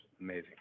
amazing